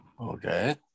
Okay